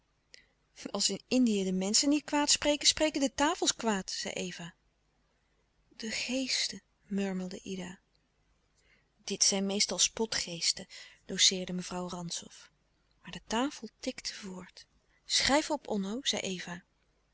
als in indië de menschen niet kwaad spreken spreken de tafels kwaad zei eva de geesten murmelde ida louis couperus de stille kracht dit zijn meestal spotgeesten doceerde mevrouw rantzow maar de tafel tikte voort schrijf op onno zei eva